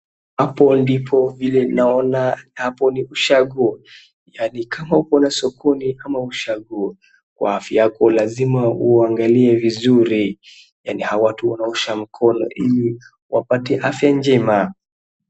Hapo ndipo vile naona hapo ni ushago yaani kama uko na sokoni kama ushago wa afya yako lazima uangalie vizuri yaani hawa watu wanaosha mkono ili wapate afya njema.